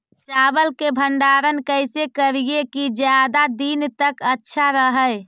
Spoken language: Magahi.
चावल के भंडारण कैसे करिये की ज्यादा दीन तक अच्छा रहै?